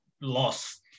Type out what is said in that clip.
loss